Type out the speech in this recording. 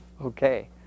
Okay